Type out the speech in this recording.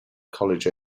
college